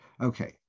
Okay